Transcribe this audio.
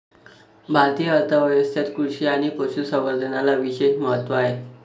भारतीय अर्थ व्यवस्थेत कृषी आणि पशु संवर्धनाला विशेष महत्त्व आहे